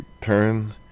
turn